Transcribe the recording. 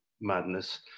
Madness